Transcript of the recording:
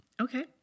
Okay